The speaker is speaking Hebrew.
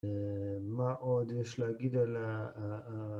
מה עוד יש להגיד על ה...